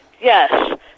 Yes